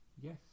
Yes